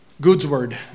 Goodsword